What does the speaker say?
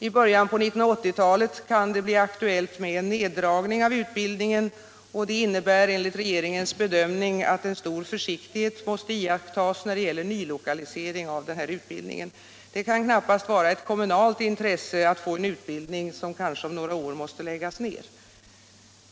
I början av 1980-talet kan det bli aktuellt med en neddragning av utbildningen, och det innebär enligt regeringens bedömning att en stor försiktighet måste iakttas när det gäller nylokalisering av utbildningen. Det torde heller inte vara ett kommunalt intresse att få en utbildning som om några år kanske måste läggas ner.